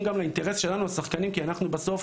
גם לאינטרס שלנו השחקנים כי אנחנו בסוף